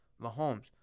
Mahomes